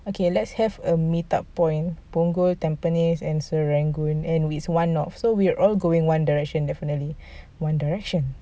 okay let's have a meet up point punggol tampines and serangoon and it's one off so we all going one direction definitely one direction